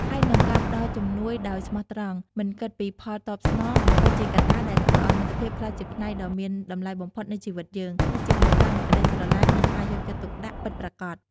ហើយនិង ការផ្តល់ជំនួយដោយស្មោះត្រង់ មិនគិតពីផលតបស្នង ក៏ជាកត្តាដែលធ្វើឲ្យមិត្តភាពក្លាយជាផ្នែកដ៏មានតម្លៃបំផុតនៃជីវិតយើង ហើយជាភស្តុតាងនៃក្តីស្រឡាញ់ និងការយកចិត្តទុកដាក់ពិតប្រាកដ។